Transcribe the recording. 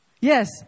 Yes